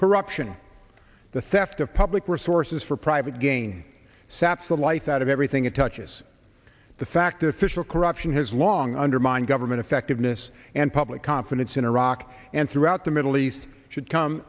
corruption the theft of public resources for private gain saps the life out of everything it touches the fact official corruption has long undermined government effectiveness and public confidence in iraq and throughout the middle east should come